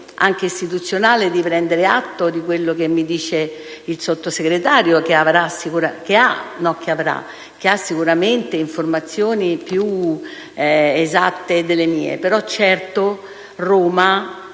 dovere istituzionale di prendere atto di ciò che mi dice il Sottosegretario, che ha sicuramente informazioni più esatte delle mie. Quello che